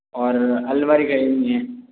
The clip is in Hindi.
और अलमारी खरीदनी है